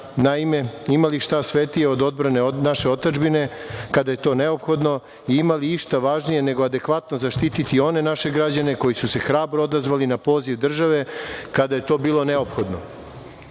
način. Naime, ima li šta svetije od odbrane naše otadžbine kada je to neophodno i ima li išta važnije nego adekvatno zaštiti one naše građane koji su se hrabro odazvali na poziv države kada je to bilo neophodno? Nije